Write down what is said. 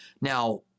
now